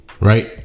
right